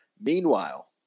Meanwhile